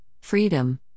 freedom